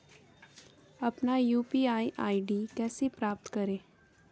अपना UPI ID कैसे प्राप्त करें?